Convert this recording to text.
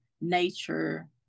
nature